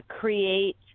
create